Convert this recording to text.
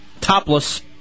topless